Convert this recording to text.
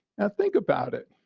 and think about it.